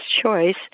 choice